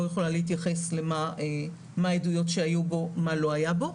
יכולה להתייחס למה העדויות שהיו בו ומה לא היה בו.